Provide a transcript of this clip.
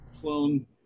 clone